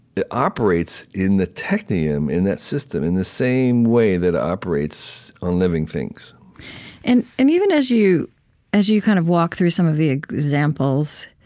it operates in the technium, in that system, in the same way that it operates on living things and and even as you as you kind of walk through some of the examples